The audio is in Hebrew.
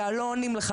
לא עונים לך,